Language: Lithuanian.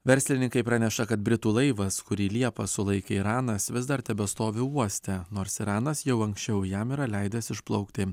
verslininkai praneša kad britų laivas kurį liepą sulaikė iranas vis dar tebestovi uoste nors iranas jau anksčiau jam yra leidęs išplaukti